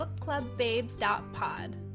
bookclubbabes.pod